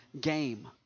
game